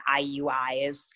IUIs